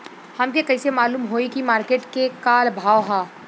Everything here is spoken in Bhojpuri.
हमके कइसे मालूम होई की मार्केट के का भाव ह?